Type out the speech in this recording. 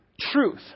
truth